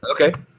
Okay